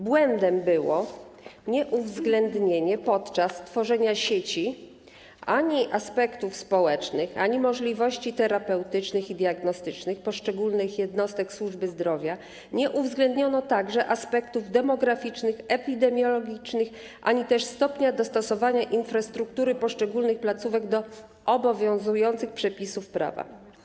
Błędem było nieuwzględnienie podczas tworzenia sieci ani aspektów społecznych, ani możliwości terapeutycznych i diagnostycznych poszczególnych jednostek służby zdrowia, nie uwzględniono także aspektów demograficznych, epidemiologicznych ani też stopnia dostosowania infrastruktury poszczególnych placówek do obowiązujących przepisów prawa.